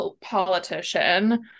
politician